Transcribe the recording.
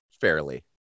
fairly